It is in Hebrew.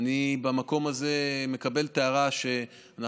במקום הזה אני מקבל את ההערה שאנחנו